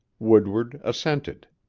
woodward assented.